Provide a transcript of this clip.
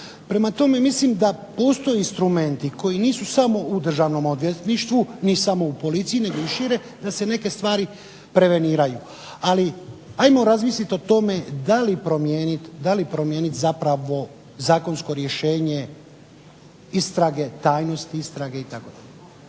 Prema tome, mislim da postoje instrumenti koji nisu samo u državnom odvjetništvu ni samo u policiji, nego i šire, da se neke stvari preveniraju ali ajmo razmisliti o tome da li promijeniti zapravo zakonsko rješenje istrage, tajnost istrage itd.